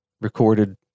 recorded